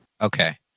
okay